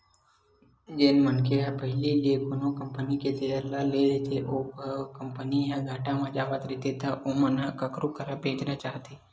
जेन मनखे मन ह पहिली ले कोनो कंपनी के सेयर ल लेए रहिथे अउ ओ कंपनी ह घाटा म जावत रहिथे त ओमन ह कखरो करा बेंचना चाहथे